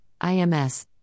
IMS